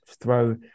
throw